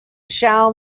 shall